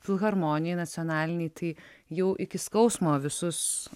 filharmonijoj nacionalinėj tai jau iki skausmo visus